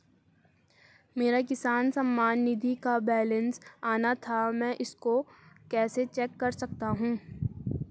मेरा किसान सम्मान निधि का बैलेंस आना था मैं इसको कैसे चेक कर सकता हूँ?